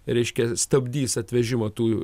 reiškia stabdys atvežimą tų